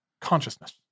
Consciousness